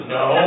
no